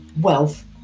Wealth